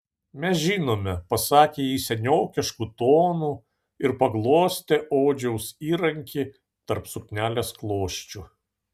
mes žinome pasakė ji seniokišku tonu ir paglostė odžiaus įrankį tarp suknelės klosčių